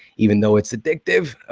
even though it's addictive,